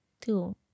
Two